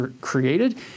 created